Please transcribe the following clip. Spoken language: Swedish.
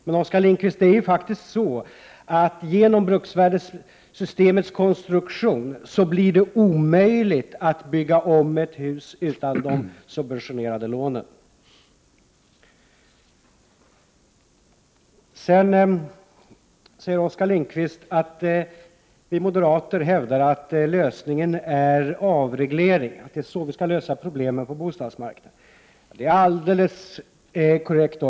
Men, Oskar Lindkvist, det är faktiskt så att det genom bruksvärdessystemets konstruktion blir omöjligt att bygga om ett hus utan de subventionerade lånen. Sedan säger Oskar Lindkvist att vi moderater hävdar att vi skall lösa problemen på bostadsmarknaden genom avreglering. Ja, det är alldeles korrekt.